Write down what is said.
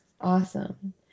Awesome